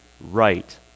right